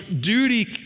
duty